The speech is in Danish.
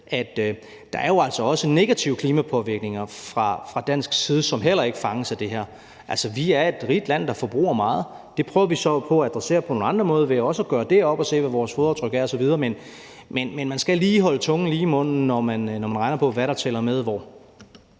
at der altså også er negative klimapåvirkninger fra dansk side, som heller ikke fanges af det her. Altså, vi er et rigt land, der forbruger meget. Det prøver vi så på at adressere på nogle andre måder – ved også at gøre det op og se, hvad vores fodaftryk er osv. Men man skal lige holde tungen lige i munden, når man regner på, hvad der tæller med hvor.